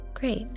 Great